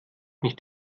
nicht